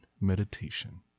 meditation